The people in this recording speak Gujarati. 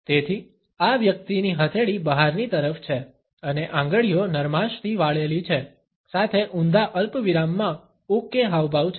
તેથી આ વ્યક્તિની હથેળી બહારની તરફ છે અને આંગળીઓ નરમાશથી વાળેલી છે સાથે ઊંધા અલ્પવિરામમાં ઓકે હાવભાવ છે